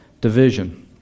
division